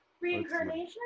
reincarnation